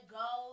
go